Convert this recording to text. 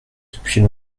depuis